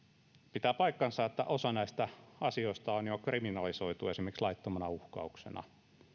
pitää paikkansa että osa näistä asioista on jo kriminalisoitu esimerkiksi laittomana uhkauksena